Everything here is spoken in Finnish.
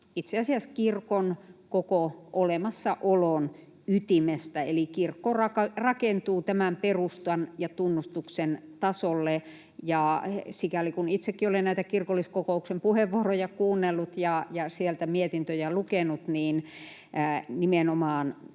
itse asiassa kirkon koko olemassaolon ytimestä, eli kirkko rakentuu tämän perustan ja tunnustuksen tasolle. Sikäli kuin itsekin olen näitä kirkolliskokouksen puheenvuoroja kuunnellut ja sieltä mietintöjä lukenut, niin nimenomaan